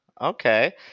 Okay